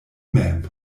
mem